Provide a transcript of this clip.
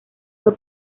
fue